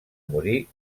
morir